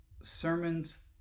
sermons